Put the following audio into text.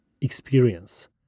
experience